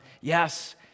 Yes